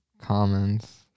comments